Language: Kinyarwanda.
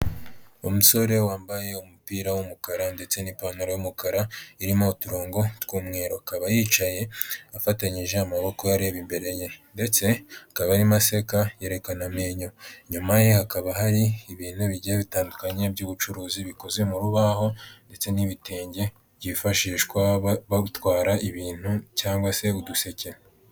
Umusore wambaye umupira w'umukara ndetse n'ipantaro y'umukara irimo uturongo tw'umweru, akaba yicaye afatanyije amaboko areba imbere ye ndetse akaba arimo aseka yerekana amenyo, inyuma ye hakaba hari ibintu bigiye bitandukanye by'ubucuruzi bikoze mu rubaho ndetse n'ibitenge byifashishwa batwara ibintu cyangwa se uduseke.